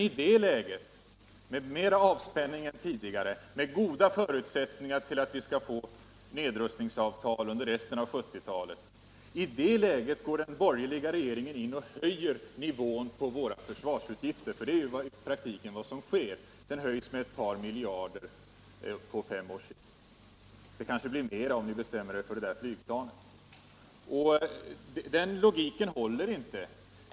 I det läget, med mera avspänning än tidigare, med goda förutsättningar för att få nedrustningsavtal under resten av 1970-talet, höjer den borgerliga regeringen nivån på våra försvarsutgifter, för det är i praktiken vad som sker. De höjs med ett par miljarder på fem års sikt. Det kanske blir mera om ni bestämmer er för det där flygplanet. Den logiken håller inte.